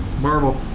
Marvel